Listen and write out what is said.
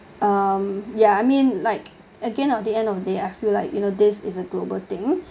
um ya I mean like again of the end of the day I feel like you know this is a global thing